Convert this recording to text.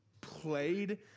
played